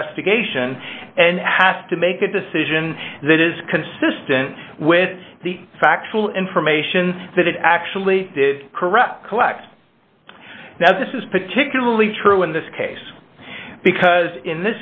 investigation and has to make a decision that is consistent with the factual information that it actually did correct collect now this is particularly true in this case because in